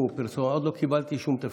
עוד לא קיבלתי שום תפקיד,